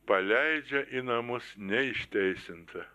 paleidžia į namus neišteisintą